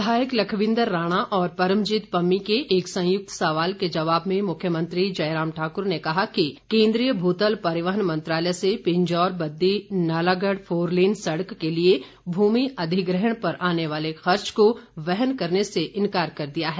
विधायक लखविंद्र राणा और परमजीत पम्मी के एक संयुक्त सवाल के जवाब में मुख्यमंत्री जयराम ठाक़र ने कहा कि केंद्रीय भूतल परिवहन मंत्रालय ने पिंजौर बद्दी नालागढ़ फोर लेन सड़क के लिए भूमि अधिग्रहण पर आने वाले खर्च को वहन करने से इनकार कर दिया है